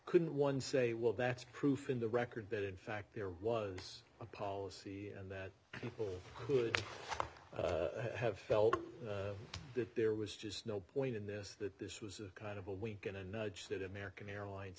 couldn't one say well that's proof in the record that in fact there was a policy and that people would have felt that there was just no point in this that this was a kind of a wink and a nudge that american airlines